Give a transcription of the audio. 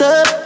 up